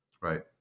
Right